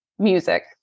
music